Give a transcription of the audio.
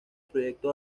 proyecto